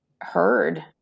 heard